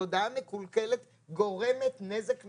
הודעה מקולקלת גורמת נזק נפשי,